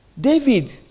David